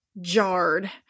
jarred